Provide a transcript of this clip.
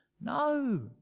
No